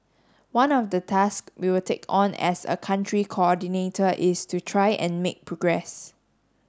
one of the task we will take on as a Country Coordinator is to try and make progress